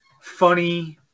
funny